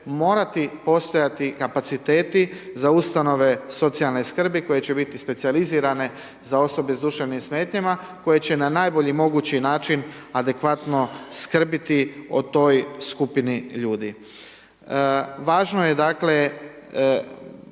morati postojati kapaciteti za Ustanove socijalne skrbi koje će biti specijalizirane za osobe s duševnim smetnjama koje će na najbolji mogući način adekvatno skrbiti o toj skupini ljudi. Važno je, dakle,